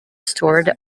stored